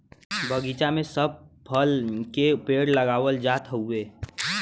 बगीचा में सब फल के पेड़ लगावल जात हउवे